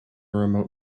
remote